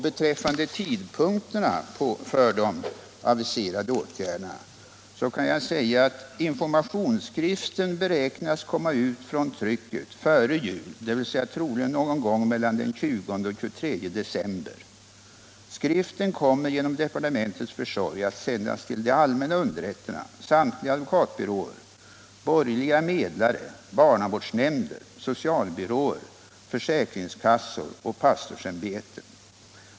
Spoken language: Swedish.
Beträffande tidpunkterna för de aviserade åtgärderna kan jag säga att informationsskriften beräknas komma ut från trycket före jul, dvs. troligen någon gång mellan den 20 och den 23 december. Skriften kommer genom departementets försorg att tillställas de allmänna underrätterna, samtliga advokatbyråer, borgerliga medlare, barnavårdsnämnder, socialbyråer, försäkringskassor och pastorsämbeten.